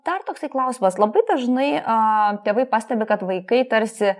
dar toksai klausimas labai dažnai a tėvai pastebi kad vaikai tarsi